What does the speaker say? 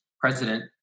president